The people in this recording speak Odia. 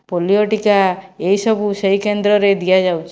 ପୋଲିଓ ଟୀକା ଏହିସବୁ ସେ କେନ୍ଦ୍ରରେ ଦିଆଯାଉଛି